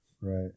right